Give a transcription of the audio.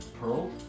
Pearl